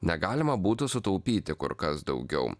negalima būtų sutaupyti kur kas daugiau